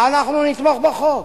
אנחנו נתמוך בחוק.